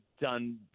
done